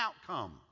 outcome